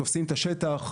תופסים את השטח,